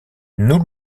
nous